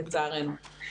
לצערנו.